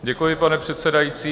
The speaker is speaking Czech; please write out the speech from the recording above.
Děkuji, pane předsedající.